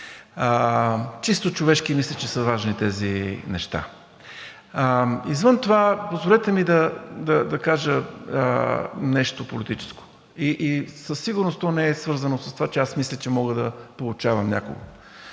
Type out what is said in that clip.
Чисто човешки мисля, че са важни тези неща. Извън това, позволете ми да кажа нещо политическо и със сигурност то не е свързано с това, че аз мисля, че мога да поучавам някого.